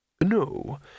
no